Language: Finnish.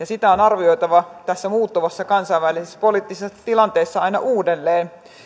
sitä on arvioitava tässä muuttuvassa kansainvälisessä poliittisessa tilanteessa aina uudelleen